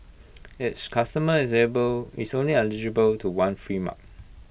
each customer is able is only eligible to one free mug